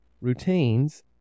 routines